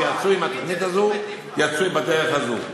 כשיצאו עם התוכנית הזו, יצאו בדרך הזו.